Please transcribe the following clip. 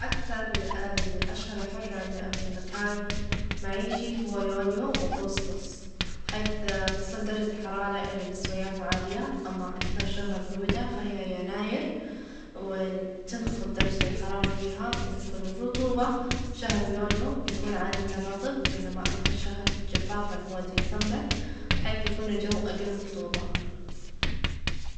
أكثر -ال- الأشهر حرًا في مكان معيشي هو يوليو، وأغسطس حيث تصل درجة الحرارة إلى مستويات عالية، أما أكثر شهر برودة فهي يناير و تنخفظ درجة الحرارة فيها، بالنسبة للرطوبة شهر يونيو يكون عادةً رطب، بينما أكثر شهر جفافًا هو ديسمبر بحيث يكون الجو أقل رطوبة.